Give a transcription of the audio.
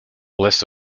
list